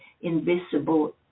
invisible